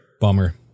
Bummer